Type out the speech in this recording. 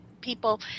people